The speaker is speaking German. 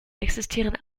existieren